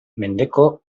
mendeko